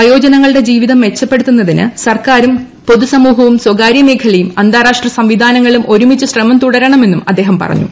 വയോജനങ്ങളുടെ ജീവിതം മെച്ചപ്പെടുത്തുന്നതിന് സർക്കാരും പൊതു സമൂഹവും സ്വകാര്യ മേഖലയും അന്താരാഷ്ട്ര സംവിധാനങ്ങളും ഒരുമിച്ച് ശ്രമം തുടരുണ്ട്മെന്നും അദ്ദേഹം പറഞ്ഞു